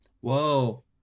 Whoa